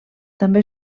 també